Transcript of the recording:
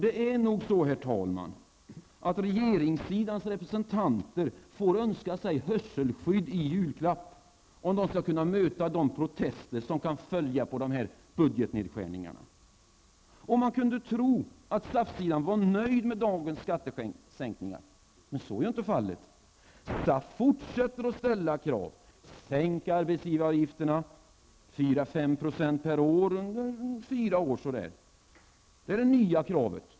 Det är nog så, herr talman, att regeringssidans representanter får önska sig hörselskydd i julklapp, om de skall kunna möta de protester som kan följa på budgetnedskärningarna. Man kunde tro att SAF-sidan var nöjd med dagens skattesänkningar, men så är inte fallet. SAF fortsätter att ställa nya krav: Sänk arbetsgivaravgifterna med 4--5 % per år under fyra år!